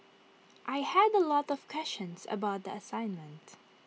I had A lot of questions about the assignment